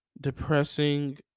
depressing